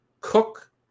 Cook